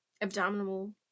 abdominal